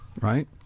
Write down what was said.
right